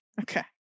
okay